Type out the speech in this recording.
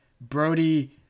Brody